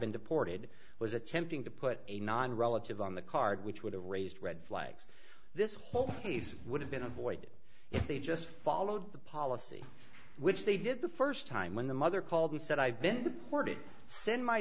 been deported was attempting to put a non relative on the card which would have raised red flags this whole case would have been avoided if they just followed the policy which they did the first time when the mother called and said i've been